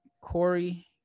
Corey